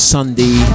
Sunday